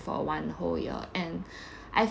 for one whole year and